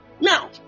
now